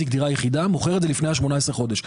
דירה יחידה מוכר את זה לפני ה-18 חודש.